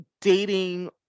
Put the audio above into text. dating